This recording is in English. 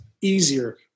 easier